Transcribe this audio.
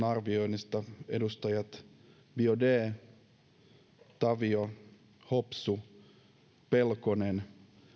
arvioinnista edustajat biaudet tavio hopsu pelkonen